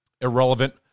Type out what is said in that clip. irrelevant